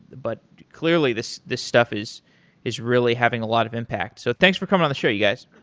but clearly, this this stuff is is really having a lot of impact. so thanks for coming on the show you guys.